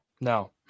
No